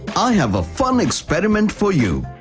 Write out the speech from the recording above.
i have a fun experiment for you.